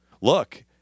Look